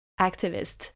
activist